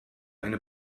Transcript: eine